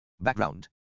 Background